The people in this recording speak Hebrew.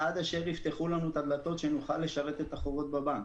עד אשר יפתחו לנו את הדלתות שנוכל לשרת את החובות בבנק.